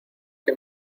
que